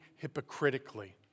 hypocritically